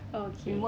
oh okay